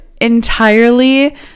entirely